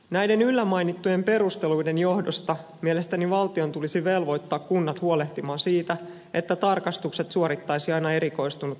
näiden yllämainittujen perusteluiden johdosta mielestäni valtion tulisi velvoittaa kunnat huolehtimaan siitä että tarkastukset suorittaisi aina erikoistunut lastenlääkäri